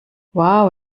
wow